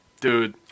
Dude